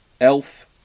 Elf